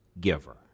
giver